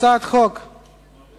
הצעת חוק פ/1714,